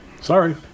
sorry